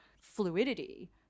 fluidity